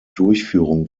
durchführung